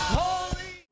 holy